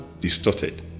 distorted